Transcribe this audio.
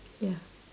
ya